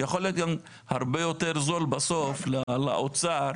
יכול להיות גם הרבה יותר זול בסוף לאוצר